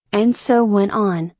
and so went on,